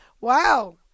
Wow